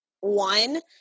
one